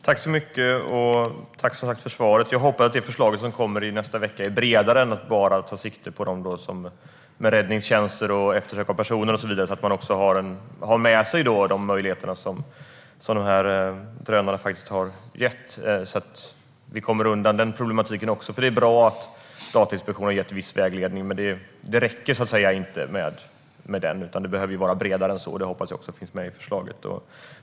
Herr talman! Tack, statsrådet, för svaret! Jag hoppas att det förslag som kommer i nästa vecka är bredare än att man bara tar sikte på detta med räddningstjänster, eftersök av personer och så vidare. Jag hoppas att man har med sig de möjligheter som drönarna har gett så att vi kommer undan denna problematik. Det är bra att Datainspektionen har gett viss vägledning, men det räcker inte med den utan det behöver vara bredare än så. Det hoppas jag också finns med i förslaget.